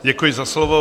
Děkuji za slovo.